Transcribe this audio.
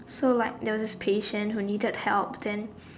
so like there is this patient who needed help then